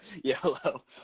yellow